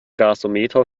gasometer